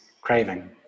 craving